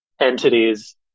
entities